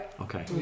Okay